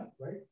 right